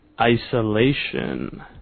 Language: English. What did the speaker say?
isolation